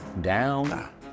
down